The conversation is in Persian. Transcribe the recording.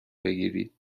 بگیرید